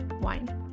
wine